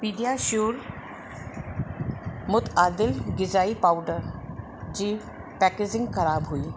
PediaSure मुतआदिल गिज़ाई powder जी पैकेजिंग ख़राब हुई